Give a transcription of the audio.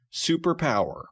superpower